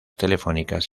telefónicas